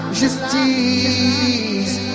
justice